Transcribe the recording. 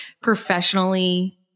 professionally